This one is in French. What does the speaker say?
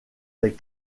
des